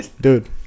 dude